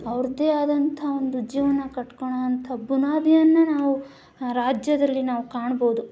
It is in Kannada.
ಅವರದೇ ಆದಂಥ ಒಂದು ಜೀವನ ಕಟ್ಕೊಳ್ಳೋಂಥ ಬುನಾದಿಯನ್ನು ನಾವು ರಾಜ್ಯದಲ್ಲಿ ನಾವು ಕಾಣ್ಬೋದು